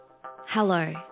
Hello